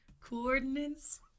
Coordinates